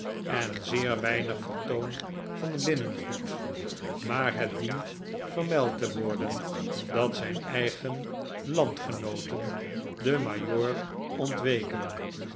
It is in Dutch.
en zeer weinig vertoon van linnengoed maar het dient vermeld te worden dat zijn eigen landgenooten den majoor ontweken